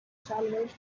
شلوارش